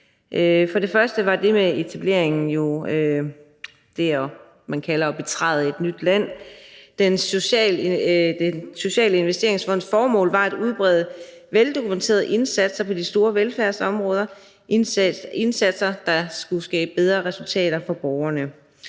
For det første var det med etableringen jo det, som man kalder at betræde nyt land. Den Sociale Investeringsfonds formål var at udbrede veldokumenterede indsatser på de store velfærdsområder, indsatser, der skulle skabe bedre resultater for borgerne.